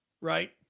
right